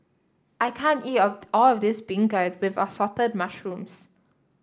I can't eat all of this beancurd with Assorted Mushrooms